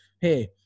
Hey